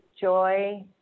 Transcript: joy